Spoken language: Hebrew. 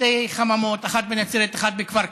שתי חממות: אחת בנצרת, אחת בכפר קאסם.